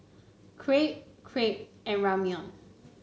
Crepe Crepe and Ramyeon